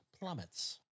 plummets